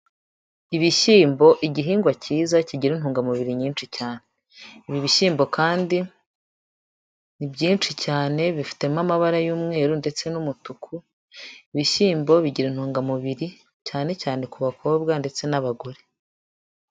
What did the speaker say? Ibishyimbo igihingwa cyiza kigira intungamubiri nyinshi cyane, ibi bishyimbo kandi ni byinshi cyane bifitemo amabara y'umweru ndetse n'umutuku, ibishyimbo bigira intungamubiri cyane cyane ku bakobwa ndetse n'abagore.